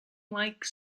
like